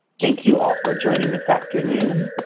thank you all for joining this afternoon.